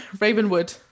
Ravenwood